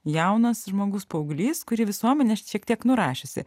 jaunas žmogus paauglys kurį visuomenė šiek tiek nurašiusi